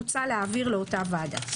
כל הסמכויות האלה מוצע להעביר לאותה ועדה.